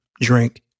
drink